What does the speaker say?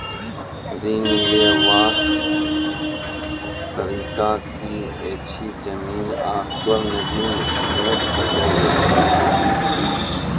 ऋण लेवाक तरीका की ऐछि? जमीन आ स्वर्ण ऋण भेट सकै ये?